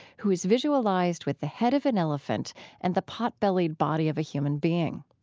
who is visualized with the head of an elephant and the pot-bellied body of a human being.